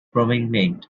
pomegranate